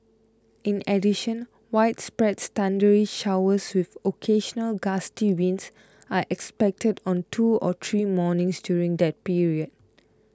in addition widespread thundery showers with occasional gusty winds are expected on two or three mornings during that period